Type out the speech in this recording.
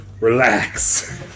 relax